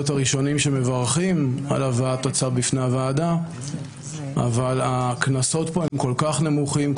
הראשונים שמברכים על הבאת הצו בפני הוועדה אבל הקנסות פה כל-כך נמוכים,